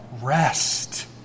rest